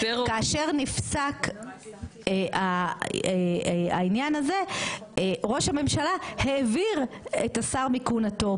כאשר נפסק העניין הזה ראש הממשלה העביר את השר מכהונתו,